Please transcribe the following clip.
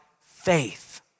faith